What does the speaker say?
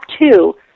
two